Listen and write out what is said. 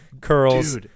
curls